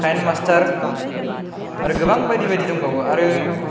Kine master आरो गोबां बायदि बायदि दंबावो आरो